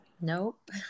Nope